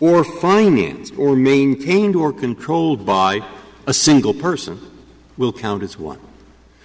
or finings or maintained or controlled by a single person will count as one